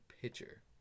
pitcher